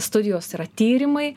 studijos yra tyrimai